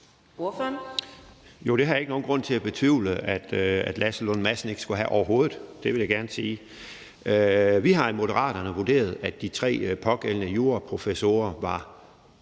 Jo, det har jeg ikke nogen grund til at betvivle at Lasse Lund Madsen skulle have, overhovedet. Det vil jeg gerne sige. Vi har i Moderaterne vurderet, at de tre pågældende juraprofessorer var